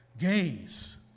gaze